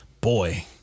boy